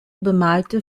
bemalte